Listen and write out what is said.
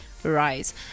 rise